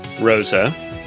Rosa